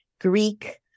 Greek